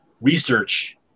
research